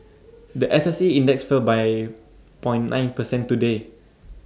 The S S E index fell by point nine percent today